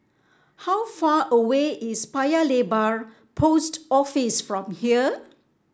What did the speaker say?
how far away is Paya Lebar Post Office from here